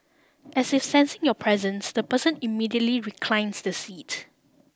as if sensing your presence the person immediately reclines the seat